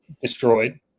destroyed